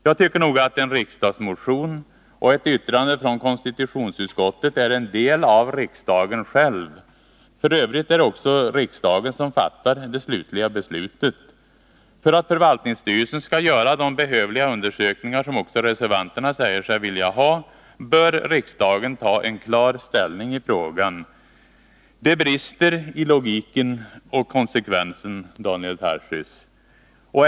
Jag tycker nog att en riksdagsmotion och ett yttrande från konstitutionsutskottet är en del av ”riksdagen själv”. F. ö. är det också riksdagen som fattar det slutliga beslutet. För att förvaltningsstyrelsen skall göra de behövliga undersökningar, som också reservanterna säger sig vilja ha, bör riksdagen ta en klar ställning i frågan. Det brister i konsekvensen, Daniel Tarschys!